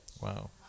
Wow